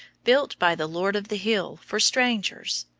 built by the lord of the hill for strangers.